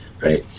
right